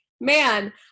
man